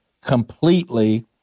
completely